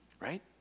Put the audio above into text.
Right